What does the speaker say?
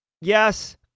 Yes